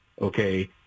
Okay